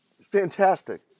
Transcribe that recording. Fantastic